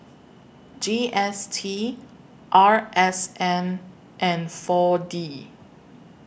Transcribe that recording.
G S T R S N and four D